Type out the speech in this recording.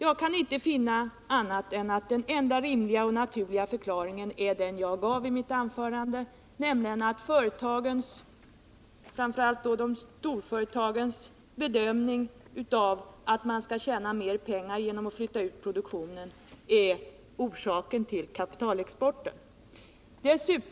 Jag kan inte finna annat än att den enda rimliga och naturliga förklaringen är den som jag gav i mitt anförande, nämligen att företagens och då framför allt storföretagens bedömningar att man tjänar mer pengar genom att flytta ut produktionen är orsaken till kapitalexporten.